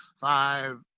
five